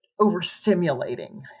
overstimulating